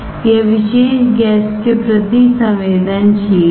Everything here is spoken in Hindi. यह विशेष गैस के प्रति संवेदनशील है